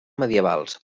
medievals